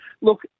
Look